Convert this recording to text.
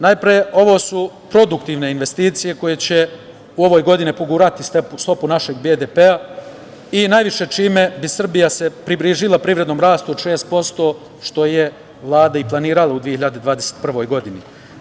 Najpre, ovo su produktivne investicije koje će u ovoj godini pogurati stopu našeg BDP-a, čime bi se Srbija približila privrednom rastu od 6%, što je Vlada i planirala u 2021. godini.